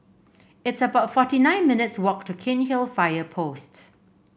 it's about forty nine minutes' walk to Cairnhill Fire Post